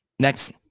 Next